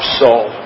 soul